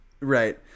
Right